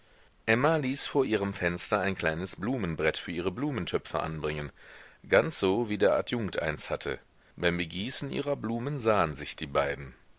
emma ließ vor ihrem fenster ein kleines blumenbrett für ihre blumentöpfe anbringen ganz so wie der adjunkt eins hatte beim begießen ihrer blumen sahen sich die beiden